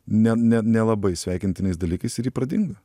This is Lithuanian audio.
ne ne nelabai sveikintinais dalykais ir ji pradingo